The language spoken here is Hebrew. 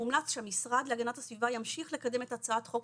מומלץ שהמשרד להגנת הסביבה ימשיך לקדם את הצעת חוק